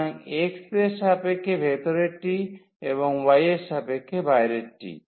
সুতরাং x এর সাপেক্ষে ভেতরেরটি এবং y এর সাপেক্ষে বাইরেরটি